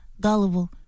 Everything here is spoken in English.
gullible